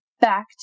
back